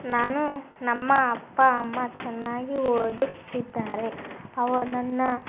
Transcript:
ನಾನು ನಮ್ಮ ಅಪ್ಪ ಅಮ್ಮ ಚೆನ್ನಾಗಿ ಓದಿಸ್ತಿದ್ದಾರೆ ಅವರು ನನ್ನ